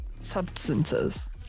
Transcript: substances